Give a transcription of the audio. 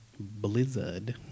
Blizzard